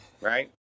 right